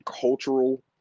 cultural